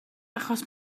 achos